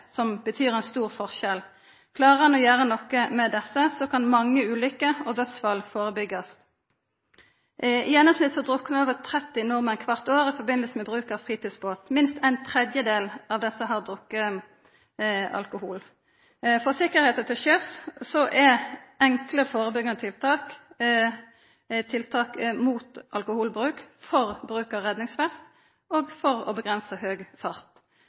som betyr ein stor forskjell. Klarer ein å gjera noko med desse, kan mange ulykker og dødsfall førebyggjast. I gjennomsnitt druknar over 30 nordmenn kvart år i samband med bruk av fritidsbåt. Minst ein tredjedel av desse har drukke alkohol. For sikkerheita til sjøs er tiltak mot alkoholbruk, for bruk av redningsvest og for å avgrensa høg fart